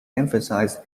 emphasize